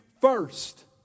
first